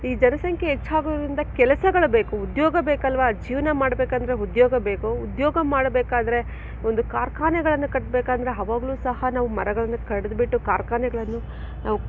ಈ ಜನಸಂಖ್ಯೆ ಹೆಚ್ಚಾಗೋದ್ರಿಂದ ಕೆಲಸಗಳು ಬೇಕು ಉದ್ಯೋಗ ಬೇಕಲ್ವಾ ಜೀವನ ಮಾಡಬೇಕಂದ್ರೆ ಉದ್ಯೋಗ ಬೇಕು ಉದ್ಯೋಗ ಮಾಡಬೇಕಾದ್ರೆ ಒಂದು ಕಾರ್ಖಾನೆಗಳನ್ನು ಕಟ್ಟಬೇಕಂದ್ರೆ ಆವಾಗ್ಲು ಸಹ ನಾವು ಮರಗಳನ್ನು ಕಡಿದುಬಿಟ್ಟು ಕಾರ್ಖಾನೆಗಳನ್ನು ನಾವು